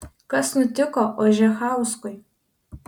kas nutiko ožechauskui